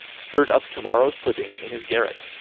stirred up to-morrow's pudding in his garret,